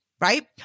right